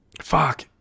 Fuck